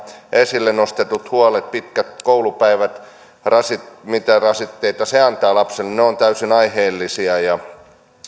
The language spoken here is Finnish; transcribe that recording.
esille nostetut huolet pitkät koulupäivät mitä rasitteita se antaa lapselle ovat täysin aiheellisia ja